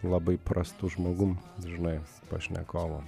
labai prastu žmogum žinai pašnekovu